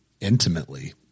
intimately